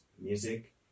music